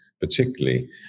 particularly